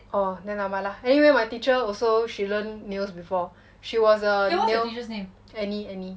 orh then nevermind lah anyway my also she learn nails before she was a nail annie annie